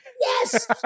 yes